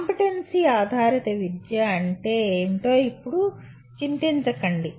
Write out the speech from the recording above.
competency ఆధారిత విద్య అంటే ఏమిటో ఇప్పుడు చింతించకండి